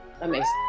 Amazing